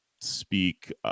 speak –